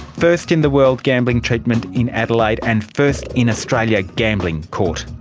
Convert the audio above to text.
first in the world gambling treatment in adelaide and first in australia gambling court